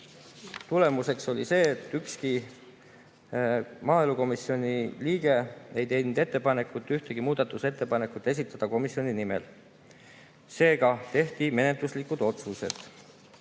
tulemuseks oli see, et ükski maaelukomisjoni liige ei teinud ettepanekut ühtegi muudatusettepanekut esitada komisjoni nimel. Seega tehti menetluslikud otsused